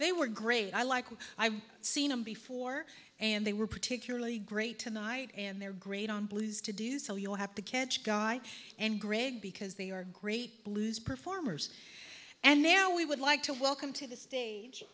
they were great i like you i've seen him before and they were particularly great tonight and they're great on blues to do so you have to catch guy and gregg because they are great blues performers and now we would like to welcome to the stage